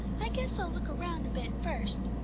i guess i'll look around a bit first.